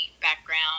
background